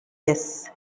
this